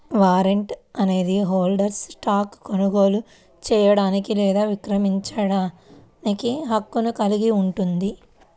warrant అనేది హోల్డర్కు స్టాక్ను కొనుగోలు చేయడానికి లేదా విక్రయించడానికి హక్కును కలిగి ఉంటుంది